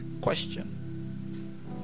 question